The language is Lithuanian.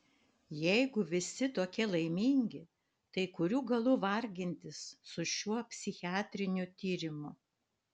jeigu visi tokie laimingi tai kurių galų vargintis su šiuo psichiatriniu tyrimu